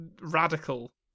radical